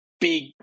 big